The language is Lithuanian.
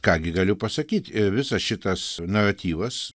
ką gi galiu pasakyt visas šitas naratyvas